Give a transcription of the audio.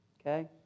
Okay